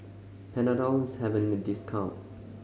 panadol is having a discount